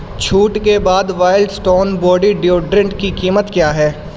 چھوٹ کے بعد وائلڈ سٹون باڈی ڈیوڈورنٹ کی قیمت کیا ہے